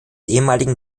ehemaligen